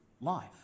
life